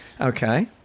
Okay